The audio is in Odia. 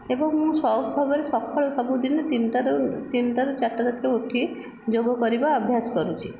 ଏବଂ ମୁଁ ସଉକ ଭାବରେ ସକାଳେ ସବୁଦିନ ତିନିଟାରୁ ତିନିଟାରୁ ଚାରିଟା ରାତିରୁ ଉଠି ଯୋଗ କରିବା ଅଭ୍ୟାସ କରୁଛି